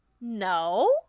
no